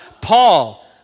Paul